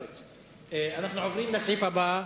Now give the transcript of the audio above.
אנחנו עוברים לסעיף הבא: